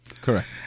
Correct